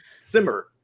simmer